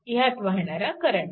ह्यात वाहणारा करंट